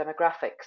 demographics